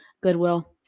goodwill